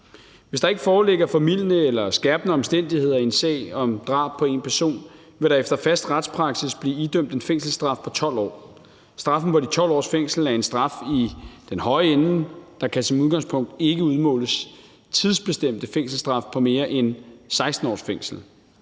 Hvis der ikke foreligger formildende eller skærpende omstændigheder i en sag om drab på en person, vil der efter fast retspraksis blive idømt en fængselsstraf på 12 år. Straffen på de 12 års fængsel er en straf i den høje ende; der kan som udgangspunkt ikke udmåles tidsbestemt fængselsstraf på mere end 16 års fængsel.